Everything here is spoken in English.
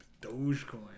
Dogecoin